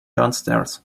downstairs